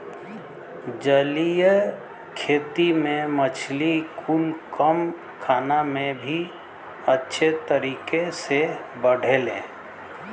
जलीय खेती में मछली कुल कम खाना में भी अच्छे तरीके से बढ़ेले